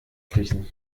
kriechen